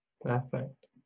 perfect